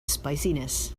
spiciness